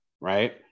Right